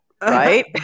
right